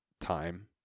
time